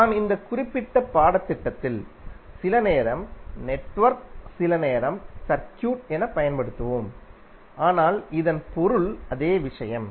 நாம் இந்த குறிப்பிட்ட பாடத்திட்டத்தில் சில நேரம் நெட்வொர்க் சில நேரம் சர்க்யூட் என பயன்படுத்துவோம் ஆனால் இதன் பொருள் அதே விஷயம்